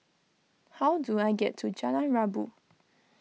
how do I get to Jalan Rabu